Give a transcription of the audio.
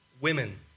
women